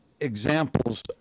Examples